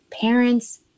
parents